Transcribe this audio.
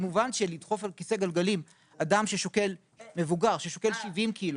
מובן שלדחוף כיסא גלגלים אדם מבוגר ששוקל 70 קילו